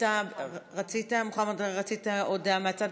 אתה רצית הודעה מהצד?